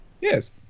Yes